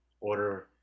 order